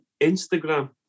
Instagram